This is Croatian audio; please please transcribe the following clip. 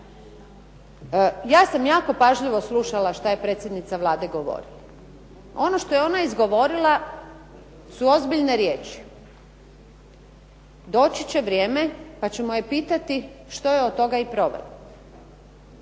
Ja sam jako pažljivo slušala što je predsjednica Vlade govorila. Ono što je ona izgovorila su ozbiljne riječi. Doći će vrijeme kada ćemo je pitati što je od toga i provela.